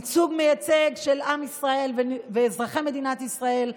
ייצוג מייצג של עם ישראל ואזרחי מדינת ישראל בכללותם,